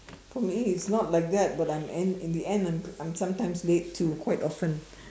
for me it's not like that but I'm end in the end I'm I'm sometimes late too quite often